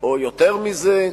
או יותר מזה.